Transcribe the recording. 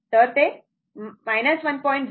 तर ते 1